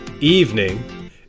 evening